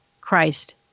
Christ